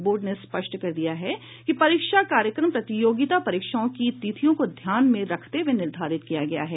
board ने स्पष्ट कर दिया है कि परीक्षा कार्यक्रम प्रतियोगिता परीक्षाओं की तिथियों को ध्यान में रखते हुए निर्धारित किया गया है